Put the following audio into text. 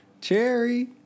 Cherry